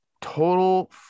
total